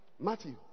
Matthew